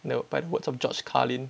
no by the words of george carlin